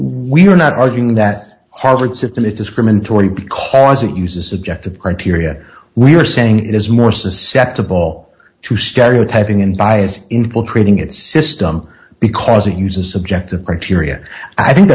we're not arguing that harvard syphilis discriminatory because it uses objective criteria we're saying it is more susceptible to stereotyping and by as infiltrating it system because it uses subjective criteria i think